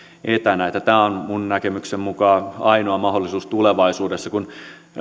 etänä tämä on minun näkemykseni mukaan ainoa mahdollisuus tulevaisuudessa kun